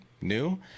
new